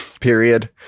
Period